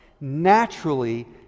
naturally